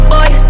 Boy